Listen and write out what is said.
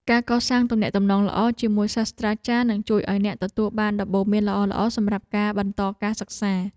ការកសាងទំនាក់ទំនងល្អជាមួយសាស្ត្រាចារ្យនឹងជួយឱ្យអ្នកទទួលបានដំបូន្មានល្អៗសម្រាប់ការបន្តការសិក្សា។